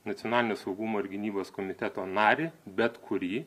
nacionalinio saugumo ir gynybos komiteto narį bet kurį